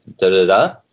da-da-da